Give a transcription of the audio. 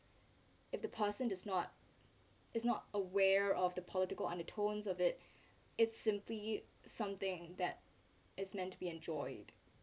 if the person is not is not aware of the political undertones of it it's simply something that is meant to be enjoyed